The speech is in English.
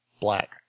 black